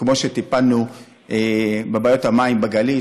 כמו שטיפלנו בבעיות המים בגליל,